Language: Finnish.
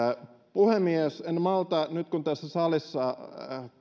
puhemies nyt kun täällä salissa